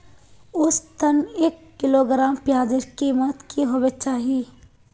औसतन एक किलोग्राम प्याजेर कीमत की होबे चही?